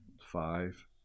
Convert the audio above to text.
five